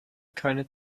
keine